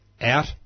out